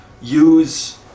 use